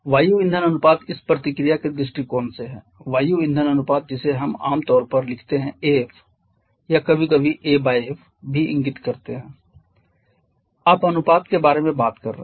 वायु ईंधन अनुपात इस प्रतिक्रिया के दृष्टिकोण से है वायु ईंधन अनुपात जिसे हम आम तौर पर लिखते हैं AF या कभी कभी यह AF भी इंगित करता है कि आप अनुपात के बारे में बात कर रहे हैं